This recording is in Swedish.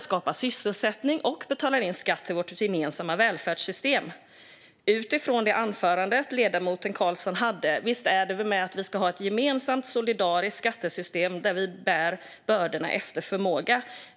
skapa sysselsättning och anställa och genom att betala skatt till vårt gemensamma välfärdssystem. Ledamoten Karlsson sa i sitt anförande att vi ska ha ett gemensamt, solidariskt skattesystem där vi bär bördorna efter förmåga.